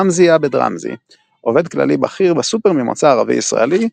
ראמזי עבד ראמזי עובד כללי בכיר בסופר ממוצא ערבי-ישראלי,